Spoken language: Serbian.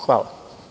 Hvala.